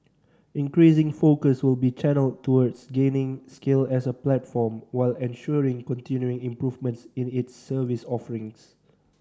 increasing focus will be channelled towards gaining scale as a platform while ensuring continuing improvements in its service offerings